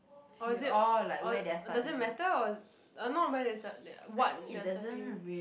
or is it or does it matter or uh not really listen what the exciting